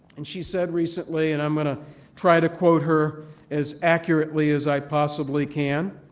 and she said recently, and i'm going to try to quote her as accurately as i possibly can,